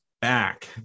Back